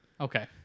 Okay